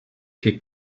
que